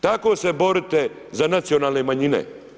Tako se borite za nacionalne manjine.